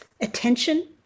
attention